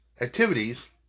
activities